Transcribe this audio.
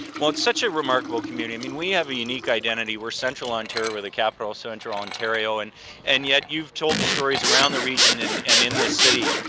well it's such a remarkable community, i mean we have a unique identity we're central ontario, we're the capital of central ontario, and and yet you've told the stories around the region and and in this city,